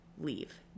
leave